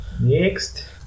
Next